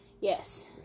yes